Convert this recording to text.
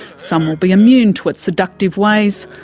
some will be immune to its seductive ways,